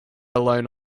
alone